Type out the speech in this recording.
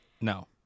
No